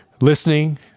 listening